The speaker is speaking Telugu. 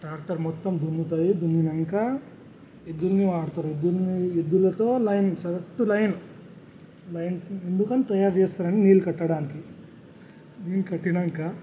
ట్రాక్టర్ మొత్తం దున్నుతుంది దున్నినాక ఎద్దులుని వాడతారు ఎద్దులుని ఎద్దులతో లైన్ కరెక్ట్ లైన్ లైన్ ఎందుకంత తయారు చేస్తారంటే నీళ్లు కట్టడానికి నీళ్లు కట్టినాక